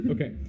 Okay